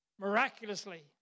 miraculously